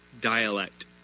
dialect